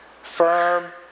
firm